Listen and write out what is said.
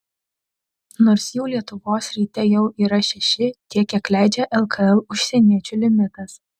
nors jų lietuvos ryte jau yra šeši tiek kiek leidžia lkl užsieniečių limitas